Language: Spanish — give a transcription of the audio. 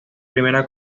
primera